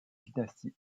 dynastie